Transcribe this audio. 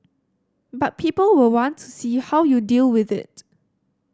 but people will want to see how you deal with it